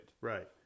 Right